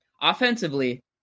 Offensively